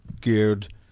geared